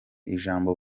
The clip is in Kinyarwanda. ijambo